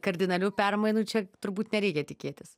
kardinalių permainų čia turbūt nereikia tikėtis